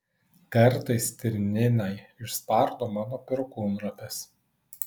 kartais stirninai išspardo mano perkūnropes